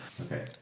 okay